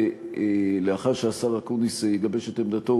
לאחר שהשר אקוניס יגבש את עמדתו,